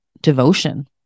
devotion